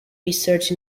research